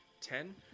Ten